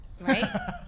right